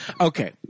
Okay